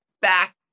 back